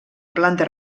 planta